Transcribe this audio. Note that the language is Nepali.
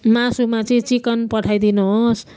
मासुमा चाहिँ चिकन पठाइदिनु होस्